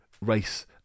race